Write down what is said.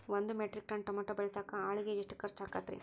ಒಂದು metric ton tomato ಬೆಳಸಾಕ್ ಆಳಿಗೆ ಎಷ್ಟು ಖರ್ಚ್ ಆಕ್ಕೇತ್ರಿ?